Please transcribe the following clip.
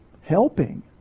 Helping